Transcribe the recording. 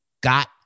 got